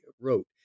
wrote